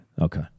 Okay